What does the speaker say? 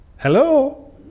Hello